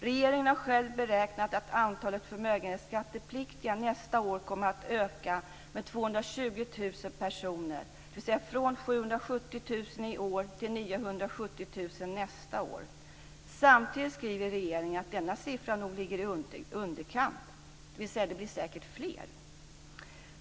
Regeringen har själv beräknat att antalet förmögenhetsskattepliktiga nästa år kommer att öka med 220 000 personer, dvs. från 770 000 i år till 970 000 nästa år. Samtidigt skriver regeringen att denna siffra nog ligger i underkant, dvs. att det säkert blir fler.